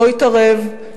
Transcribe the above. לא התערב,